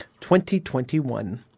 2021